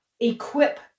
equip